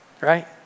right